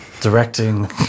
directing